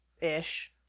ish